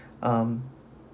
um